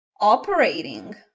operating